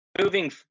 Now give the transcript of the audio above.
Moving